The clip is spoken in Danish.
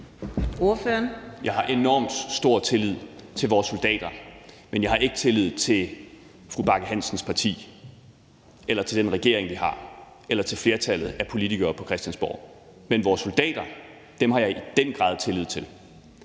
Jeg har enormt stor tillid til vores soldater. Men jeg har ikke tillid til fru Charlotte Bagge Hansens parti eller til den regering, vi har, eller til flertallet af politikere på Christiansborg. Men vores soldater har jeg i den grad tillid til.